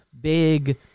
big